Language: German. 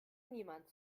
niemand